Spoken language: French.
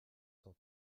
cent